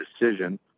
decision